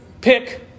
pick